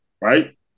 right